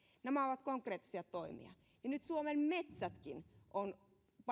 nämä ovat konkreettisia toimia ja nyt suomen metsätkin on